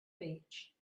beach